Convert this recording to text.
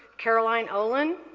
caroline olin.